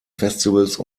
festivals